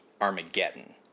Armageddon